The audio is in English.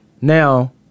Now